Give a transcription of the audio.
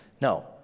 No